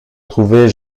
trouver